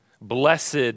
Blessed